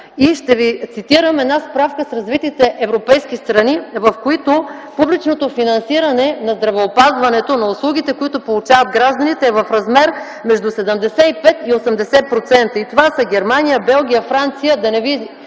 Ще Ви цитирам една справка в развитите европейски страни, в които публичното финансиране на здравеопазването – на услугите, които получават гражданите, е в размер между 75 и 80%. Това са Германия, Белгия, Франция,